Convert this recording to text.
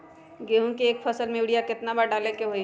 गेंहू के एक फसल में यूरिया केतना बार डाले के होई?